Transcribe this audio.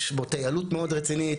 יש בו טיילות מאוד רצינית,